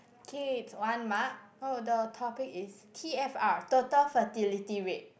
kids one mark oh the topic is T_F_R total fertility rate